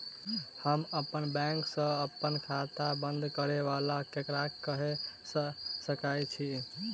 हम अप्पन बैंक सऽ अप्पन खाता बंद करै ला ककरा केह सकाई छी?